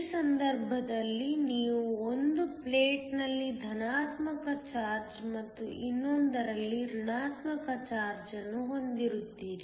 ಈ ಸಂದರ್ಭದಲ್ಲಿ ನೀವು ಒಂದು ಪ್ಲೇಟ್ನಲ್ಲಿ ಧನಾತ್ಮಕ ಚಾರ್ಜ್ ಮತ್ತು ಇನ್ನೊಂದರಲ್ಲಿ ಋಣಾತ್ಮಕ ಚಾರ್ಜ್ ಅನ್ನು ಹೊಂದಿರುತ್ತೀರಿ